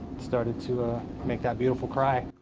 started to make that beautiful cry.